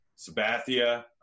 Sabathia